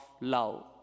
love